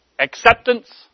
Acceptance